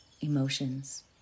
emotions